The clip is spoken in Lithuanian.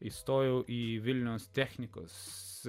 įstojau į vilniaus technikos